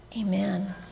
Amen